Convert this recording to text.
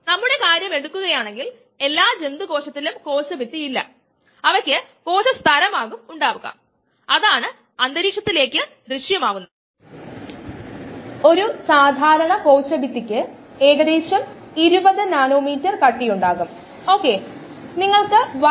നമ്മൾ അങ്ങനെ ചെയ്യുകയാണെങ്കിൽ താൽപ്പര്യമുള്ള ഏത് സമയത്തും എൻസൈം ഒന്നുകിൽ ഫ്രീ ആണ് അല്ലെങ്കിൽ എൻസൈം സബ്സ്ട്രേറ്റ് കോംപ്ലക്സുമായി ബന്ധപ്പെട്ടിരിക്കുന്നു അതായത് നമ്മുടെ സംവിധാനത്തിൽ നമ്മൾ കണ്ടതുപോലെ